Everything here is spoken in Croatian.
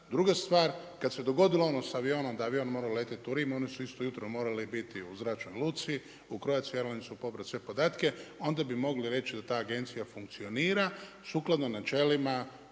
Druga stvar kada se dogodilo ono sa avionom da avion mora letjeti u Rim oni su isto jutro morali biti u zračnoj luci, u Croatia Airlinesu pobrati sve podatke. Onda bi mogli reći da ta agencija funkcionira sukladno načelima